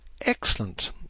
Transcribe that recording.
Excellent